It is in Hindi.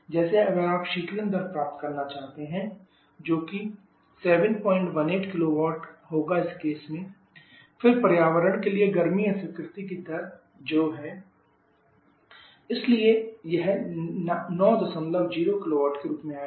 जैसे अगर आप शीतलन दर प्राप्त करना चाहते हैं QEmh1 h4 जोकि 718 kW होगा इस केस में फिर पर्यावरण के लिए गर्मी अस्वीकृति की दर जो है QCmh2 h3 इसलिए यह 90 kW के रूप में आएगा